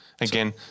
Again